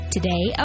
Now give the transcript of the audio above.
Today